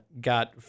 got